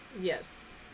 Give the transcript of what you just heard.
Yes